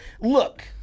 Look